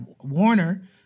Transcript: Warner